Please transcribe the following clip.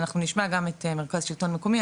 אנחנו נשמע גם את מרכז שלטון מקומי.